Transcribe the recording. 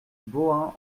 bohain